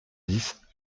dix